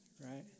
right